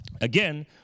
Again